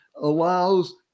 allows